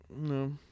No